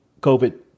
COVID